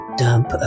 dump